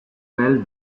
twelve